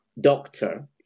Doctor